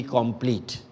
complete